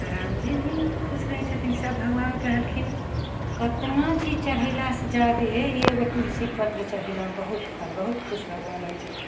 रामजी भी खुश रहय छथिन सब भगवान कहलखिन कतना चीज चढ़यलासँ जादे एगो तुलसी पत्र चढ़यलामे बहुत फल बहुत खुश भगवान होइ छथिन